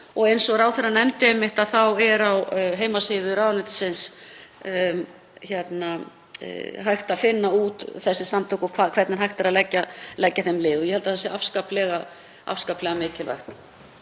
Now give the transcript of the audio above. Eins og ráðherrann nefndi er á heimasíðu ráðuneytisins hægt að finna þessi samtök og hvernig hægt er að leggja þeim lið. Ég held að það sé afskaplega mikilvægt.